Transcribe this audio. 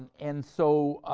and, so,